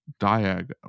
Diag